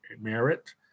merit